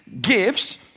gifts